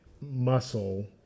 muscle